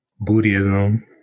Buddhism